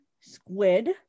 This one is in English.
squid